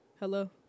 Hello